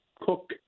cook